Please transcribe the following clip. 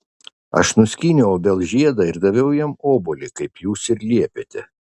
aš nuskyniau obels žiedą ir daviau jam obuolį kaip jūs ir liepėte